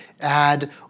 add